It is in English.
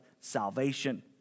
salvation